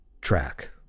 track